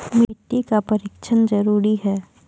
मिट्टी का परिक्षण जरुरी है?